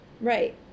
Right